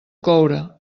coure